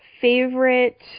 Favorite